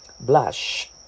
Blush